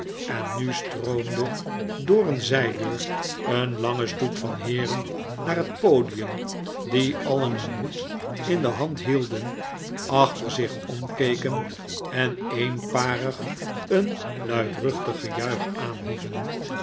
en nu stroomde door een zijdeur een lange stoet van heeren naar het podium die alien hun hoed in de hand hielden achter zich rankeken en eenparig een luidruchtig gejuich aanhieven